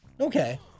Okay